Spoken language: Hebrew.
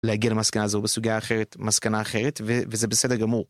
להגיע למסקנה הזו בסוגיה אחרת, מסקנה אחרת, וזה בסדר גמור.